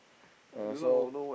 uh so